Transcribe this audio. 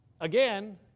again